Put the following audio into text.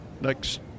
next